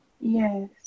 Yes